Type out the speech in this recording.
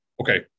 okay